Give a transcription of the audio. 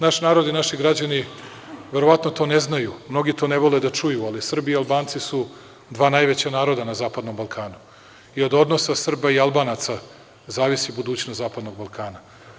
Naš narod i naši građani verovatno to ne znaju, mnogi to ne vole da čuju, ali Srbi i Albanci su dva najveća naroda na zapadnom Balkanu i od odnosa Srba i Albanaca zavisi budućnost zapadnog Balkana.